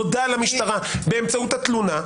נודע למשטרה באמצעות התלונה,